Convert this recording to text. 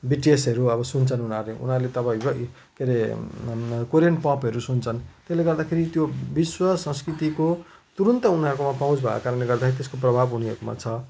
बिटिएसहरू अब सुन्छन् उनीहरूले उनीहरूले त अब हिब के अरे कोरियन पपहरू सुन्छन् त्यसले गर्दाखेरि त्यो विश्व संस्कृतिको तुरन्तै उनीहरूकोमा पहुँच भएको कारणले गर्दाखेरि त्यसको प्रभाव उनीहरूकोमा छ